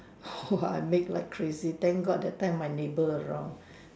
!wah! I make like crazy thank God that time my neighbour around